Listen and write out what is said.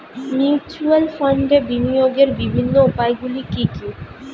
Mutual ফান্ডে বিনিয়োগের বিভিন্ন উপায়গুলি কি কি?